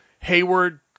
Hayward